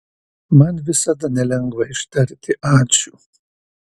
man visada nelengva ištarti ačiū